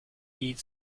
eat